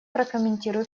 прокомментирую